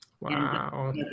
Wow